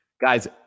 Guys